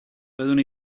doeddwn